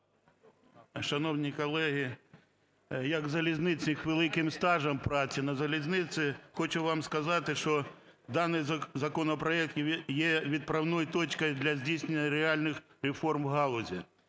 Шановні колеги, як залізничник з великим стажем праці на залізниці, хочу вам сказати, що даний законопроект є відправною точкою для здійснення реальних реформ у галузі.